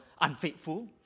unfaithful